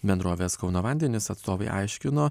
bendrovės kauno vandenys atstovai aiškino